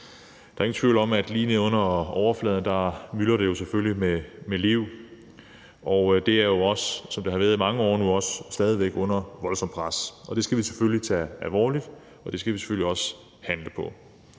Der er ingen tvivl om, at lige neden under overfladen myldrer det selvfølgelig med liv, og det er jo også, som det har været i mange år, under voldsomt pres. Det skal vi selvfølgelig tage alvorligt, og det skal vi selvfølgelig også handle på.